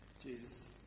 Jesus